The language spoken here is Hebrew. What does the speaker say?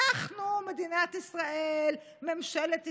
אנחנו, מדינת ישראל, ממשלת ישראל,